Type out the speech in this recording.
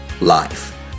life